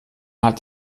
hat